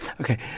Okay